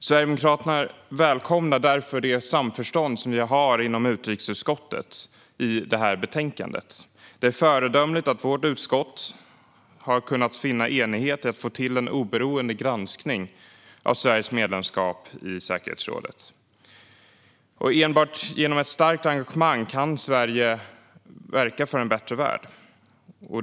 Sverigedemokraterna välkomnar därför det samförstånd som vi har inom utrikesutskottet i det här betänkandet. Det är föredömligt att vårt utskott har kunnat finna enighet när det gäller att få till en oberoende granskning av Sveriges medlemskap i säkerhetsrådet. Enbart genom ett starkt engagemang kan Sverige verka för en bättre värld.